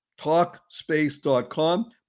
Talkspace.com